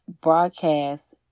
broadcast